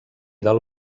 del